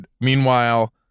meanwhile